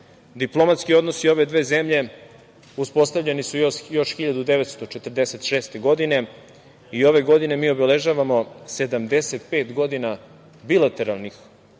Diplomatski odnosi ove dve zemlje uspostavljeni su još 1946. godine i ove godine mi obeležavamo 75 godina bilateralnih odnosa